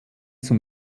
zum